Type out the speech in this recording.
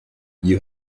you